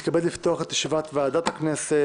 אני מתכבד לפתוח את ישיבת ועדת הכנסת.